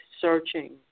searching